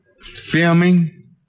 filming